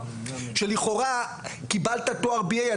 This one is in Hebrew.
שלכאורה קיבלת תואר BA,